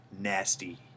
nasty